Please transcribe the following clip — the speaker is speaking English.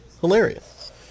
Hilarious